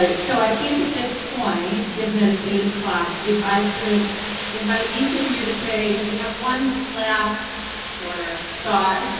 so i think at this point, given that it's eight o'clock if i could invite each of you to say, if you have one last shorter thought,